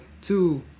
two